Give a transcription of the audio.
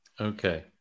Okay